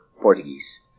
Portuguese